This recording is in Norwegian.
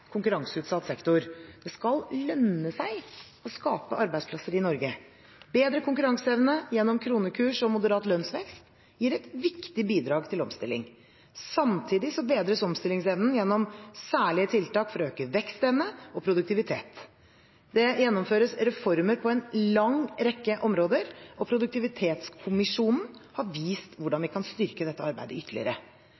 konkurranseutsatt sektor. Det skal lønne seg å skape arbeidsplasser i Norge. Bedret konkurranseevne gjennom kronekursen og moderat lønnsvekst gir et viktig bidrag til omstilling. Samtidig bedres omstillingsevnen gjennom særlige tiltak for å øke vekstevne og produktivitet. Det gjennomføres reformer på en lang rekke områder, og Produktivitetskommisjonen har vist hvordan